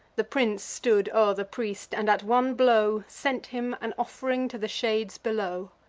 the prince stood o'er the priest, and, at one blow, sent him an off'ring to the shades below.